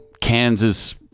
Kansas